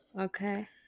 Okay